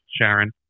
Sharon